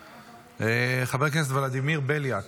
חבר הכנסת ולדימיר בליאק.